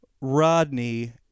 Rodney